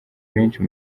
benshi